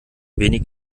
wenig